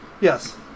Yes